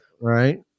Right